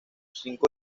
cinco